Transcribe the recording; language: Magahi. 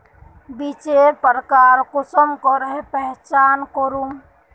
बीजेर प्रकार कुंसम करे पहचान करूम?